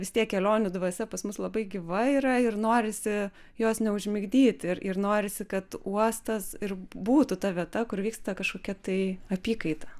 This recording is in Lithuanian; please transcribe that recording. vis tiek kelionių dvasia pas mus labai gyva yra ir norisi jos neužmigdyti ir ir norisi kad uostas ir būtų ta vieta kur vyksta kažkokia tai apykaita